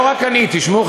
שלא רק אני" תשמעו,